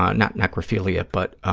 um not necrophilia, but